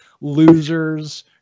losers